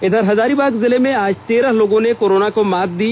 इधर हजारीबाग जिले में आज तेरह लोगों ने कोरोना को मात दी